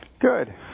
Good